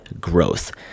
growth